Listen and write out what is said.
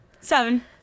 Seven